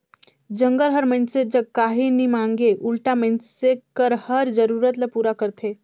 जंगल हर मइनसे जग काही नी मांगे उल्टा मइनसे कर हर जरूरत ल पूरा करथे